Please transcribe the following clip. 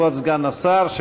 כבוד סגן השר,